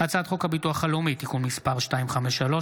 הצעת חוק הביטוח הלאומי (תיקון מס' 253